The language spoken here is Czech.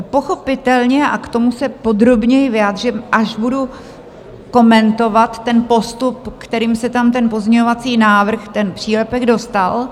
Pochopitelně k tomu se podrobněji vyjádřím, až budu komentovat ten postup, kterým se tam ten pozměňovací návrh, ten přílepek, dostal.